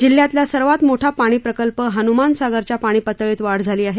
जिल्हयातल्या सर्वात मोठा पाणी प्रकल्प हनुमान सागरच्या पाणीपातळीत वाढ झाली आहे